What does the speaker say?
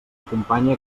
acompanye